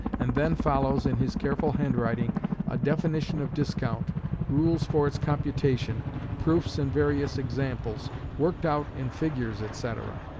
and then follows, in his careful handwriting a definition of discount rules for its computation proofs and various examples worked out in figures, etc.